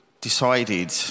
decided